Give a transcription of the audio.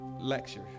lecture